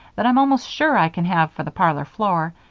that i'm almost sure i can have for the parlor floor,